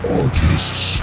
artists